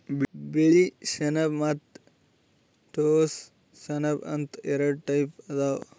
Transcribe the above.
ಬಿಳಿ ಸೆಣಬ ಮತ್ತ್ ಟೋಸ್ಸ ಸೆಣಬ ಅಂತ್ ಎರಡ ಟೈಪ್ ಅದಾವ್